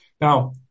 Now